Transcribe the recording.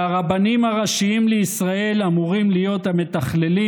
והרבנים הראשיים לישראל אמורים להיות המתכללים